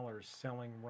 selling